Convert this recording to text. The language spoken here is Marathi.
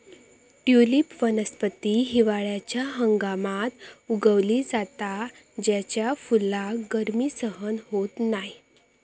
ट्युलिप वनस्पती हिवाळ्याच्या हंगामात उगवली जाता त्याच्या फुलाक गर्मी सहन होत नाय